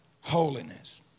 holiness